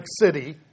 City